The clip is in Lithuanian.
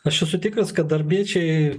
aš esu tikras kad darbiečiai